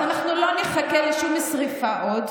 אז אנחנו לא נחכה לשום שרפה עוד.